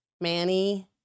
Manny